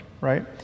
right